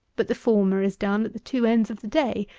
but the former is done at the two ends of the day,